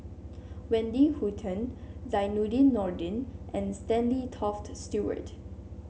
Wendy Hutton Zainudin Nordin and Stanley Toft Stewart